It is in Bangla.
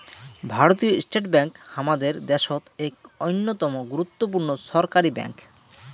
ভারতীয় স্টেট ব্যাঙ্ক হামাদের দ্যাশোত এক অইন্যতম গুরুত্বপূর্ণ ছরকারি ব্যাঙ্ক